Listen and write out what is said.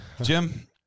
Jim